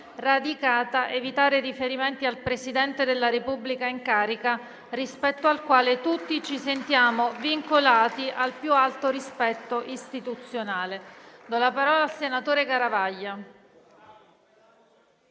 radicata evitare riferimenti al Presidente della Repubblica in carica, rispetto al quale tutti ci sentiamo vincolati al più alto rispetto istituzionale. *(Generali